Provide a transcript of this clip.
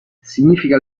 significa